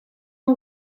een